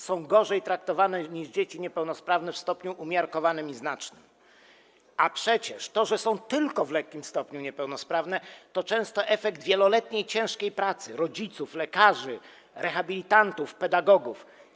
Są gorzej traktowane niż dzieci niepełnosprawne w stopniu umiarkowanym i znacznym, a przecież to, że są tylko w lekkim stopniu niepełnosprawne, to często efekt wieloletniej ciężkiej pracy rodziców, lekarzy, rehabilitantów, pedagogów.